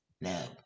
no